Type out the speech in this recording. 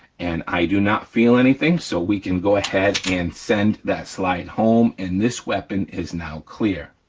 and i do not feel anything so we can go ahead and send that slide home, and this weapon is now clear.